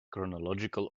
chronological